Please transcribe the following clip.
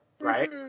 right